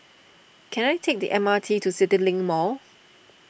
can I take the M R T to CityLink Mall